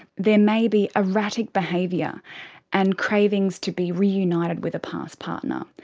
there may be erratic behaviour and cravings to be reunited with a past partner.